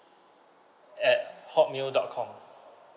at hotmail dot com